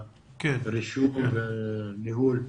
הרישום והניהול.